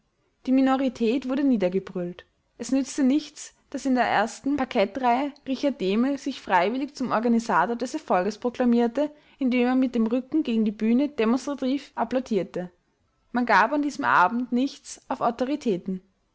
die minorität wurde niedergebrüllt es nützte nichts daß in der ersten parkettreihe richard dehmel sich freiwillig zum organisator des erfolges proklamierte indem er mit dem rücken gegen die bühne demonstrativ applaudierte man gab an diesem abend nichts auf autoritäten